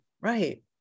Right